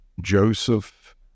Joseph